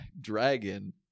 dragon